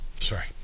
Sorry